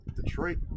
Detroit